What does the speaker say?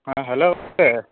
ᱦᱮᱸ ᱦᱮᱞᱳ ᱜᱚᱝᱠᱮ